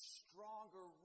stronger